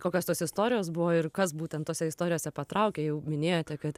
kokios tos istorijos buvo ir kas būtent tose istorijose patraukė jau minėjote kad